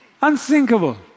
Unthinkable